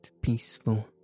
peaceful